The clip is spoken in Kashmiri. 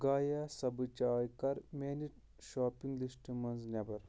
گایا سبٕز چاے کَر میانہِ شاپنگ لسٹہٕ منٛز نٮ۪بر